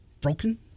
Broken